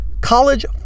College